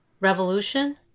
Revolution